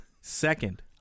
Second